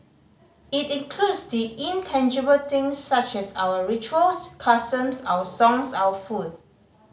it includes the intangible things such as our rituals customs our songs our food